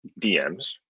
dms